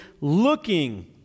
looking